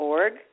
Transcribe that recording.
Org